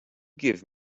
give